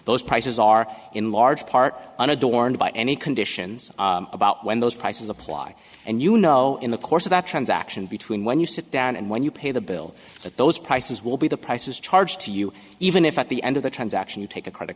those prices are in large part unadorned by any conditions about when those prices apply and you know in the course of that transaction between when you sit down and when you pay the bill that those prices will be the prices charged to you even if at the end of the transaction you take a credit